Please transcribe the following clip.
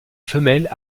femelles